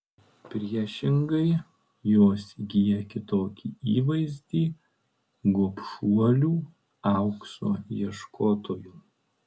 priešingai jos įgyja kitokį įvaizdį gobšuolių aukso ieškotojų